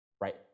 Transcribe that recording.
Right